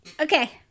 Okay